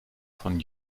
von